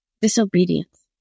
disobedience